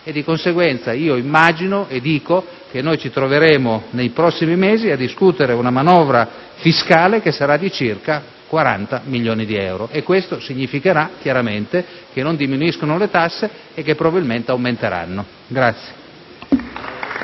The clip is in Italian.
Di conseguenza, immagino e dico che ci troveremo nei prossimi mesi a discutere una manovra fiscale che sarà di circa 40 miliardi di euro. Questo significherà chiaramente che non diminuiranno le tasse e che probabilmente aumenteranno.